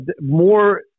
more